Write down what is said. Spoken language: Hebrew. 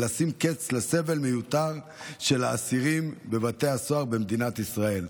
ולשים קץ לסבל מיותר של האסירים בבתי הסוהר במדינת ישראל.